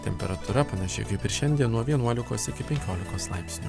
temperatūra panaši kaip ir šiandien nuo vienuolikos iki penkiolikos laipsnių